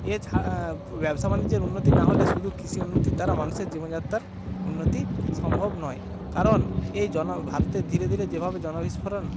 এছা ব্যবসা বাণিজ্যের উন্নতি না হলে শুধু কৃষি উন্নতির দ্বারা মানুষের জীবনযাত্রার উন্নতি সম্ভব নয় কারণ এ জন ভারতের ধীরে ধীরে যেভাবে জনবিস্ফোরণ